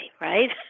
right